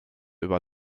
über